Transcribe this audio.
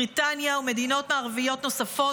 בבריטניה ובמדינות מערביות נוספות,